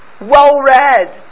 well-read